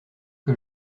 que